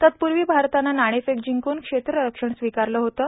तत्पूर्वी भारतानं नाणेफेक जिंकून क्षेत्ररक्षण स्वीकारलं होतं